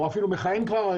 או אפילו מכהן כבר,